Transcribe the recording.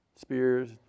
Spears